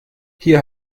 hier